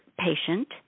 patient